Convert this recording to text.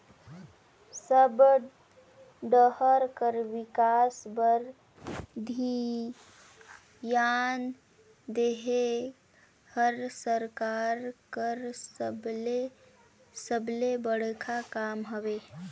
सब डाहर कर बिकास बर धियान देहई हर सरकार कर सबले सबले बड़खा काम हवे